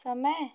समय